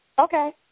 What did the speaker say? Okay